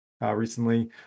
recently